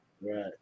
Right